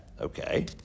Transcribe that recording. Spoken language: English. okay